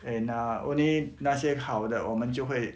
and uh only 那些好的我们就会